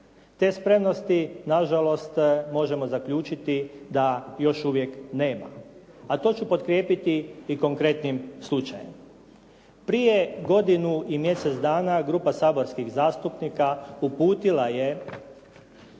Te spremnosti nažalost možemo zaključiti da još uvijek nema. A to ću potkrijepiti i konkretnim slučajem. Prije godinu i mjesec dana, grupa saborskih zastupnika uputila je